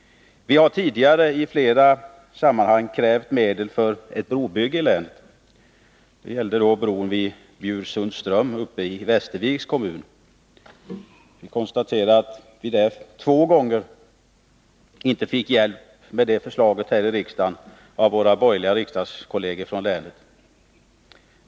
Vi har tidigare i flera sammanhang krävt medel för ett brobygge i länet. Det gällde då bron vid Bjursundsström i Västerviks kommun. Vi fick två gånger konstatera att vi inte kunde få hjälp med det projektet här i riksdagen av våra borgerliga kolleger i länet.